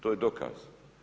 To je dokaz.